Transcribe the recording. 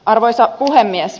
arvoisa puhemies